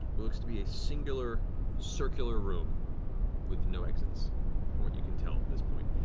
looks to be a singular circular room with no exits from what you can tell at this point.